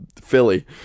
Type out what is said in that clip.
Philly